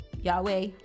Yahweh